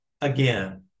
again